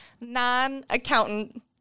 non-accountant